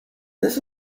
this